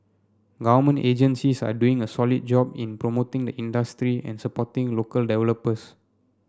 government agencies are doing a solid job in promoting the industry and supporting local developers